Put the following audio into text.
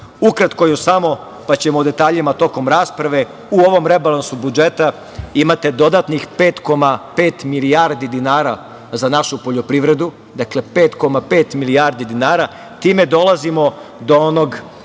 još samo, pa ćemo o detaljima tokom rasprave, u ovom rebalansu budžeta imate dodatnih 5,5 milijardi dinara za našu poljoprivredu. Dakle 5,5 milijardi dinara. Time dolazimo do onog